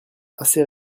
assez